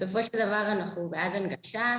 בסופו של דבר אנחנו בעד הנגשה.